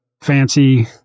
fancy